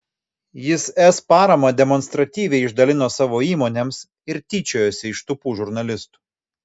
jis es paramą demonstratyviai išdalino savo įmonėms ir tyčiojosi iš tūpų žurnalistų